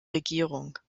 regierung